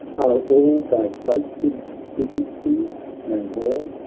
are all thy boasted dignities no more?